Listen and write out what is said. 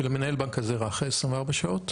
של מנהל בנק הזרע אחרי 24 שעות.